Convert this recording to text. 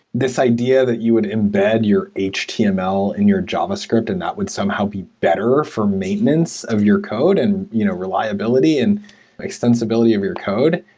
this idea that you would embed your html in your javascript and that would somehow be better for maintenance of your code and you know re liab ility and extensibility of your code,